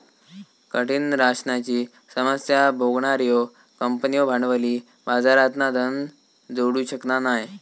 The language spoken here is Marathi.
कठीण राशनाची समस्या भोगणार्यो कंपन्यो भांडवली बाजारातना धन जोडू शकना नाय